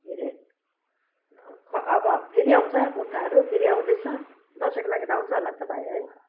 के अरे अब फेरि आउँछ कुर्ताहरू फेरि आउँदैछ दसैँको लागि त आउँछ होला नि त भाइ है